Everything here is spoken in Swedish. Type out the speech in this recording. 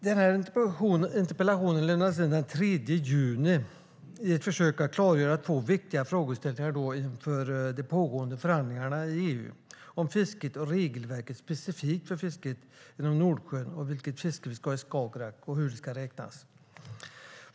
Den här interpellationen lämnades in den 3 juni i ett försök att klargöra två viktiga frågeställningar inför de pågående förhandlingarna i EU om fisket och regelverket specifikt för fisket i Nordsjön, vilket fiske vi ska ha i Skagerrak och hur det ska räknas.